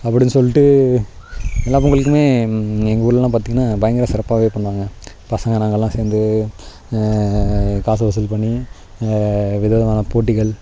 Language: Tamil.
அப்படினு சொல்லிட்டு எல்லா பொங்கலுக்குமே எங்கள் ஊர்லல்லாம் பார்த்தீங்கனா பயங்கர சிறப்பாகவே பண்ணுவாங்கள் பசங்கள் நாங்கல்லாம் சேர்ந்து காசை வசூல் பண்ணி விதவிதமான போட்டிகள்